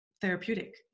therapeutic